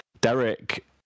Derek